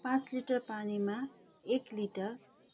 पाँच लिटर पानीमा एक लिटर